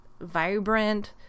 vibrant